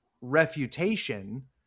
refutation